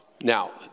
Now